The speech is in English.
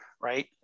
right